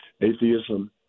atheism